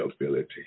ability